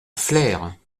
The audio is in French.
flers